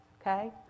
Okay